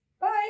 Bye